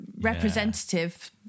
representative